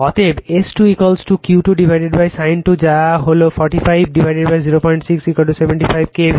অতএব S 2 q 2 sin 2 যা হলো 45 06 75 K VA